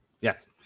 Yes